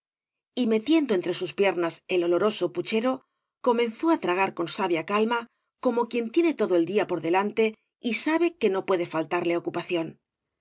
y metiendo entre sus piernas el oloroso puchero comenzó á tragar con sabia cal v blasco ibáñbz ma como quien tiene todo el día por delante y sabe que no puede faltarle ocupación